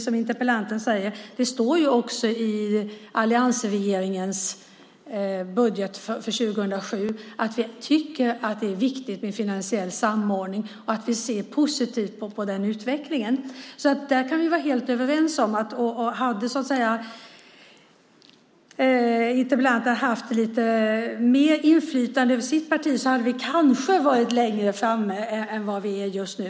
Som interpellanten säger står det också i alliansregeringens budget för 2007 att vi tycker att det är viktigt med finansiell samordning och att vi ser positivt på den utvecklingen. Där är vi nog överens. Om interpellanten hade haft lite större inflytande över sitt parti hade vi kanske varit lite längre framme än vi är just nu.